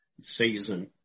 season